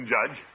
Judge